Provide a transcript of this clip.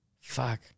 Fuck